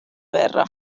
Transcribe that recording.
guerra